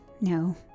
no